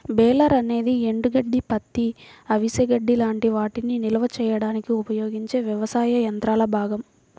baler అనేది ఎండుగడ్డి, పత్తి, అవిసె గడ్డి లాంటి వాటిని నిల్వ చేయడానికి ఉపయోగించే వ్యవసాయ యంత్రాల భాగం